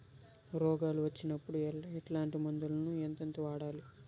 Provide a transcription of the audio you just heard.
రోగాలు వచ్చినప్పుడు ఎట్లాంటి మందులను ఎంతెంత వాడాలి?